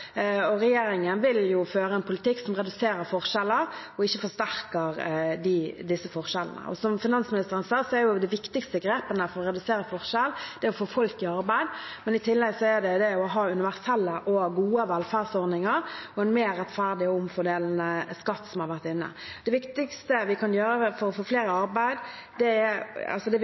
og sosialt, i Norge. Regjeringen vil føre en politikk som reduserer forskjeller og ikke forsterker dem. Som finansministeren sa, er de viktigste grepene for å redusere forskjeller å få folk i arbeid, ha universelle og gode velferdsordninger og å ha en mer rettferdig og omfordelende skattepolitikk, som man har vært inne på. Det viktigste for å redusere fattigdom, også i barnefamilier, er å få flere i arbeid.